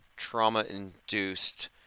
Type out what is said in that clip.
trauma-induced